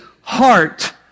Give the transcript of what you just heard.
heart